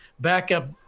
backup